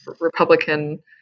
Republican